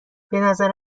بنظر